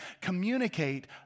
communicate